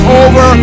over